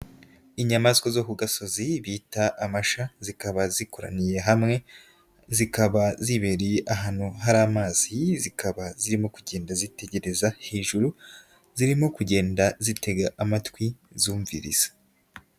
Inyamaswa zo ku gasozi bita amasha zikaba zikoraniye hamwe, zikaba zibereye ahantu hari amazi, zikaba zirimo kugenda zitegereza hejuru zirimo kugenda zitega amatwi zumviriza.